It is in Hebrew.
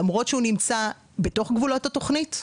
למרות שהוא נמצא בתוך גבולות התוכנית.